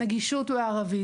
נגישות לערבית.